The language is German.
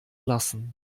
lassen